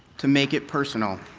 to make it personal.